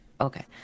Okay